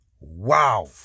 Wow